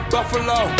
Buffalo